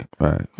right